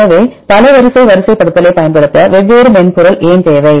எனவே பல வரிசை வரிசைப்படுத்தலைப் பயன்படுத்த வெவ்வேறு மென்பொருள் ஏன் தேவை